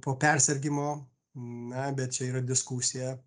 po persirgimo na bet čia yra diskusija